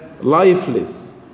lifeless